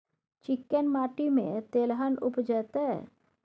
चिक्कैन माटी में तेलहन उपजतै?